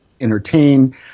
entertain